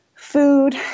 food